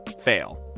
fail